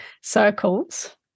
circles